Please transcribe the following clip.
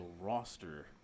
roster